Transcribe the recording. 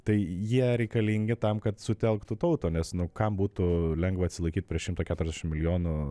tai jie reikalingi tam kad sutelktų tautą nes nu kam būtų lengva atsilaikyt prieš šimtą keturiasdešim milijonų